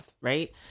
Right